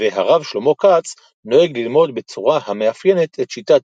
והרב שלמה כץ נוהג ללמוד בצורה המאפיינת את שיטת